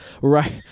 Right